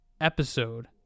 episode